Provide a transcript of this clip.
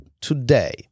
today